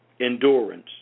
endurance